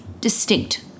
Distinct